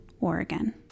Oregon